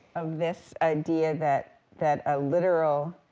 of this idea that, that a literal